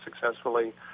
successfully